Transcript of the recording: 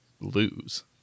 lose